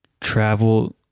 travel –